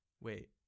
Wait